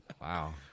Wow